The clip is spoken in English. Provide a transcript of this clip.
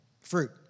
fruit